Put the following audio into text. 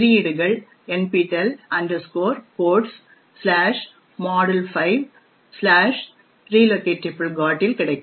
குறியீடுகள் nptel codes module5 relocgot இல் கிடைக்கும்